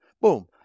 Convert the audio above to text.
boom